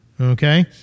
okay